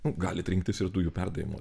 nu galit rinktis ir dujų perdavimo